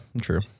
true